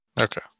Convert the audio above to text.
Okay